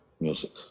music